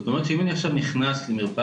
זאת אומרת שאם אני עכשיו נכנס למרפאת